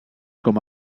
com